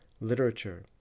Literature